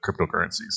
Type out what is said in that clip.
cryptocurrencies